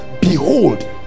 behold